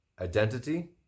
identity